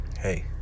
hey